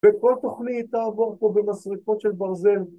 ‫וכל תוכנית תעבור פה ‫במסריקות של ברזל.